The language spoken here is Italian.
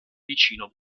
vicino